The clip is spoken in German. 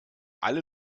alle